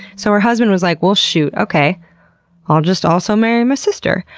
so her husband was like, well shoot, okay i'll just also marry my sister.